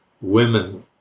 women